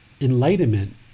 enlightenment